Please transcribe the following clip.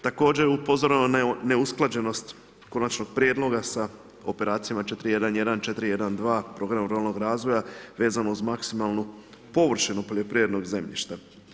Također, upozoreno je neusklađenost konačnog prijedloga, sa operacijama 4.1.1., 4.1.2. programa ruralnog razvoja, vezano uz maksimalnu površinu poljoprivrednog zemljišta.